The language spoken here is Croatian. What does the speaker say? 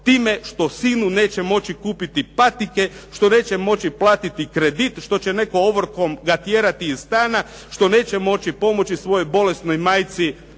time što sinu neće moći kupiti patike, što neće moći platiti kredit, što će netko ovrhom ga tjerati iz stana, što neće moć i pomoći svojoj bolesnoj majci